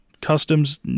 Customs